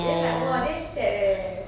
then like !wah! damn sad eh